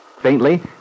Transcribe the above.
Faintly